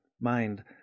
mind